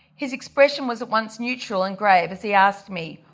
his expression was at once neutral and grave as he asked me,